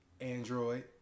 Android